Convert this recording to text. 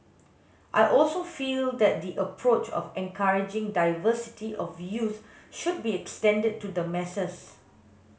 I also feel that the approach of encouraging diversity of views should be extended to the masses